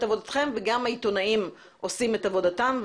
עבודתכם וגם העיתונאים עושים את עבודתם,